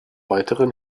weiteren